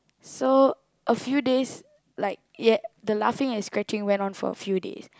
so a few days like y~ the laughing and scratching went on for a few days